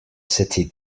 city